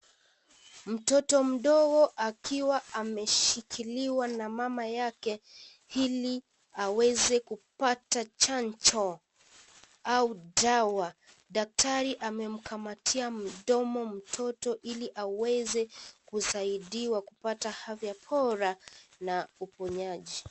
Mtoto mdogo akiwa ameshikiliwa na mama yake ili aweze kupata chanjo au dawa . Daktari amemkamatia mdomo mtoto ili aweze kusaidia kupata afya bora na uponyaji.